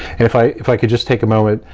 if i if i could just take a moment,